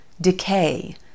decay